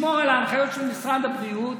לשמור על ההנחיות של משרד הבריאות,